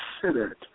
considered